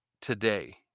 today